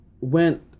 went